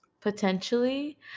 potentially